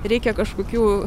reikia kažkokių